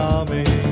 Army